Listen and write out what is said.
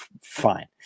fine